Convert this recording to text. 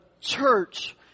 church